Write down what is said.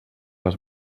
les